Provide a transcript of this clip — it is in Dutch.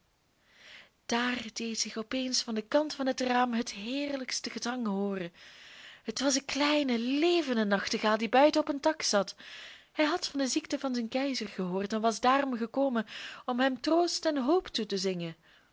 daar deed zich op eens van den kant van het raam het heerlijkste gezang hooren het was de kleine levende nachtegaal die buiten op een tak zat hij had van de ziekte van zijn keizer gehoord en was daarom gekomen om hem troost en hoop toe te zingen